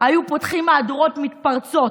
היו פותחים מהדורות מתפרצות,